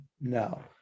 no